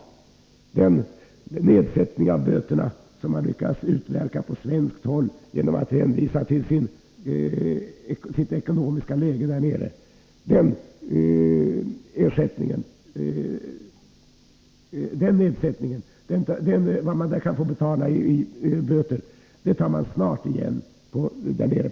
Vad man kan få betala i böter, efter den nedsättning av böterna som man lyckas utverka på svenskt håll genom att hänvisa till sitt ekonomiska läge, tar man snart igen i hemlandet.